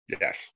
yes